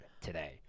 today